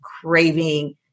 craving